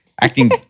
Acting